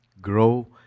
grow